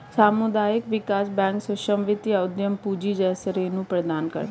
सामुदायिक विकास बैंक सूक्ष्म वित्त या उद्धम पूँजी जैसे ऋण प्रदान करते है